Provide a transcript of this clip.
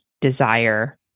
desire